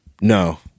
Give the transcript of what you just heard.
no